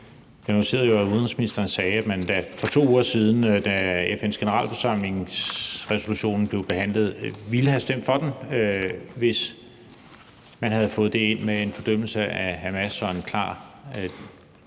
Jeg noterede, at udenrigsministeren sagde, at man for 2 uger siden, da resolutionen på FN's Generalforsamling blev behandlet, ville have stemt for den, hvis man havde fået det ind med en fordømmelse af Hamas og en klar